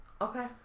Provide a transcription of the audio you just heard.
Okay